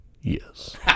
Yes